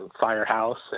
Firehouse